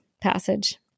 passage